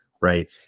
right